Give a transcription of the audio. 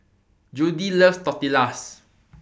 Judie loves Tortillas